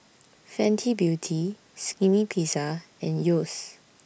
Fenty Beauty Skinny Pizza and Yeo's